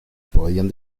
podían